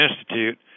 Institute